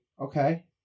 Okay